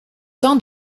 temps